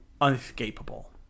unescapable